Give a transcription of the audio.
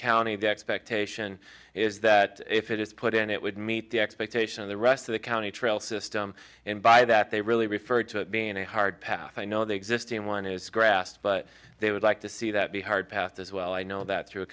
county of the expected is that if it is put in it would meet the expectation of the rest of the county trail system and by that they really referred to being a hard path i know the existing one is grass but they would like to see that be hard path as well i know that through a